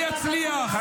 הצבא שלנו הוא קדוש.